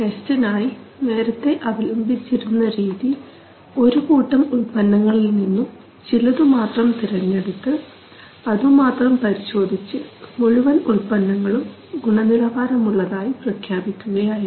ടെസ്റ്റിനായി നേരത്തെ അവലംബിച്ചിരുന്ന രീതി ഒരു കൂട്ടം ഉൽപന്നങ്ങളിൽനിന്നും ചിലതുമാത്രം തിരഞ്ഞെടുത്തു അതുമാത്രം പരിശോധിച്ച് മുഴുവൻ ഉത്പന്നങ്ങളും ഗുണനിലവാരമുള്ളതായി പ്രഖ്യാപിക്കുകയായിരുന്നു